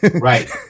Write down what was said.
Right